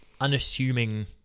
unassuming